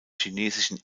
chinesischen